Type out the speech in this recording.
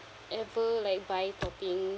ever like buy toppings